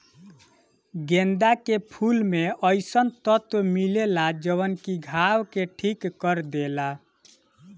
गेंदा के फूल में अइसन तत्व मिलेला जवन की घाव के ठीक कर देला